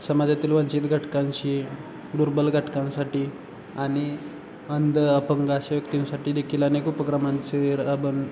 समाजातील वंचित घटकांशी दुर्बल घटकांसाठी आणि अंध अपंग अशा व्यक्तींसाठी देखील अनेक उपक्रमांचे राबन